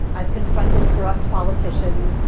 i've confronted corrupt politicians.